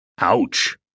Ouch